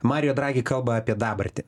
marijo dragi kalba apie dabartį